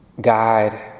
Guide